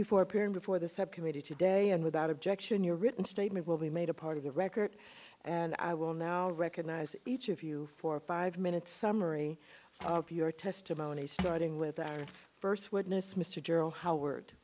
you for appearing before the subcommittee today and without objection your written statement will be made a part of the record and i will now recognize each of you for five minutes summary of your testimony starting with our first witness mr general how